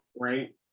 right